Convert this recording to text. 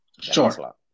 Sure